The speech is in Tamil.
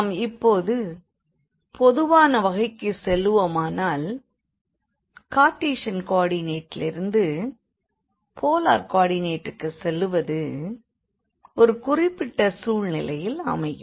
நாம் இப்போது பொதுவான வகைக்குச் செல்வோமானால் கார்டீசன் கோ ஆர்டினேட்டிலிருந்து போலார் கோ ஆர்டினேட்டுக்கு செல்லுவது ஒரு குறிப்பிட்ட சூழ்நிலையில் அமையும்